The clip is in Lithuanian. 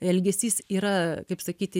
elgesys yra kaip sakyti